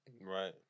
Right